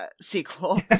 sequel